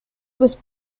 was